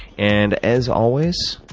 and as always,